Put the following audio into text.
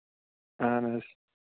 اَہَن حظ